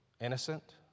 Innocent